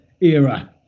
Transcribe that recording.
era